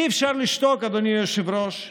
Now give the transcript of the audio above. אי-אפשר לשתוק, אדוני היושב-ראש,